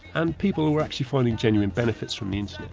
and people were actually finding genuine benefits from the internet.